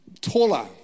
taller